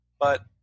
But-